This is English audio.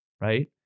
right